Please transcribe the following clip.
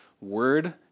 word